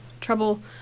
trouble